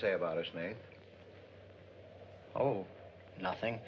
say about a snake oh nothing